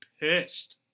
pissed